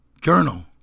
journal